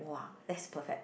[wah] that's perfect